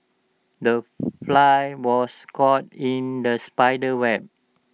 the fly was caught in the spider's web